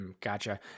Gotcha